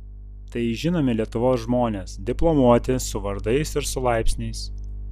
tai žinomi lietuvos žmonės diplomuoti su vardais ir su laipsniais